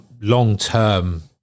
long-term